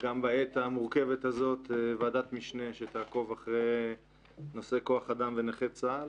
גם בעת המורכבת הזאת ועדת משנה שתעקוב אחרי נושא כוח אדם ונכי צה"ל,